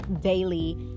daily